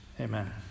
Amen